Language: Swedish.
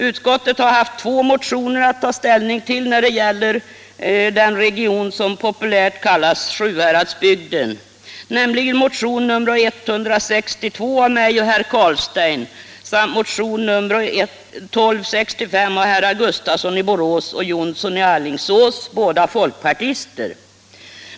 Utskottet har haft två motioner att ta ställning till när det gäller den region som kallas Sjuhäradsbygden, nämligen motionen 162 av mig och herr Carlstein samt motionen 1265 av herr Gustafsson i Borås och herr Jonsson i Alingsås, båda folkpartister.